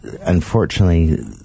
unfortunately